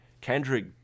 Kendrick